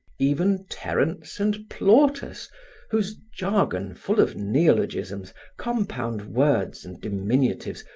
even terence and plautus whose jargon full of neologisms, compound words and diminutives,